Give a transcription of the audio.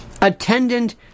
attendant